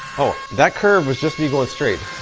oh that curve was just me going straight.